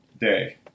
day